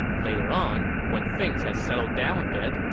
later on, when things had settled down a bit,